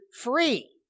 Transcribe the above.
free